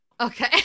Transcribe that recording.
Okay